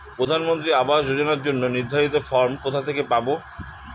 প্রধানমন্ত্রী আবাস যোজনার জন্য নির্ধারিত ফরম কোথা থেকে পাব?